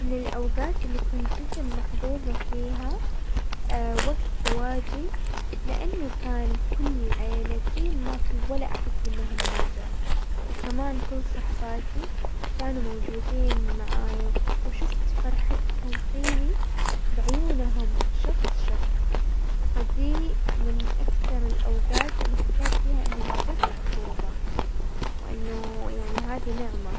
من الاوقات اللي كنت جدا محظوظة فيها وقت زواجي، لانه كان كل عيلتي، ما في ولا احد منهم ما جا، وكمان كل صحباتي كانوا موجودين معايا، وشفت فرحتهم فيني بعيونهم شخص شخص، فدي من اكثر الاوقات اللي حسيت فيها اني من جد محظوظة وانه يعني هذي نعمة.